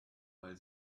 weil